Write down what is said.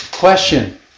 question